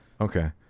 Okay